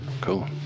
Cool